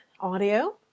audio